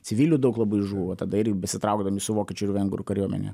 civilių daug labai žuvo tada ir besitraukdami su vokiečių ir vengrų kariuomene